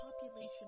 population